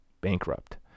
bankrupt